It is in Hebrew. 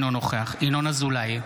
אינו נוכח ינון אזולאי,